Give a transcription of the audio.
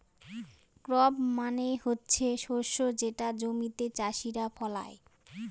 crop মানে হচ্ছে শস্য যেটা জমিতে চাষীরা ফলায়